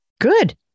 Good